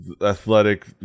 athletic